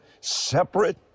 separate